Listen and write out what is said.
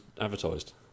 advertised